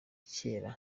kera